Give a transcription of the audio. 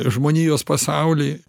žmonijos pasauly